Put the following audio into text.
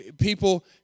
People